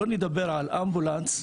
שלא נדבר על אמבולנס,